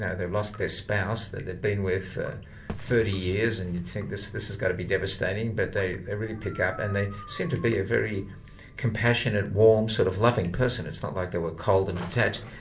and they've lost their spouse that they've been with for ah thirty years, and you think this this has got to be devastating, but they they really pick up. and they seem to be a very compassionate, warm sort of loving person it's not like they were cold and detached.